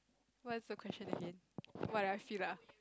what's the question again what do I feel ah